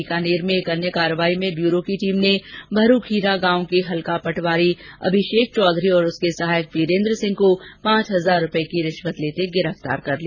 बीकानेर में एक अन्य कार्रवाई में ब्यूरो की टीम ने भरूखीरा गांव के हल्का पटवारी अभिषेक चौधरी और उसके सहायक विरेन्द्र सिंह को पांच हजार रूपए की रिश्वत लेते गिरफ्तार किया